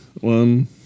One